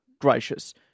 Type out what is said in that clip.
gracious